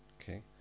Okay